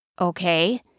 Okay